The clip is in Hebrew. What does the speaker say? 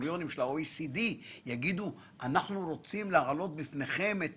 בדירקטוריונים של ה-OECD ויגידו: אנחנו רוצים להעלות בפניכם את